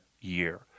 year